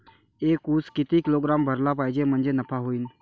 एक उस किती किलोग्रॅम भरला पाहिजे म्हणजे नफा होईन?